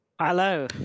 Hello